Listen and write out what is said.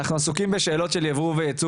אנחנו עסוקים בשאלות של ייבוא וייצוא